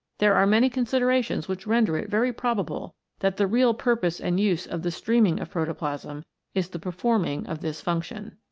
there are many considerations which render it very probable that the real purpose and use of the streaming of proto plasm is the performing of this function.